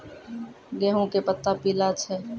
गेहूँ के पत्ता पीला छै?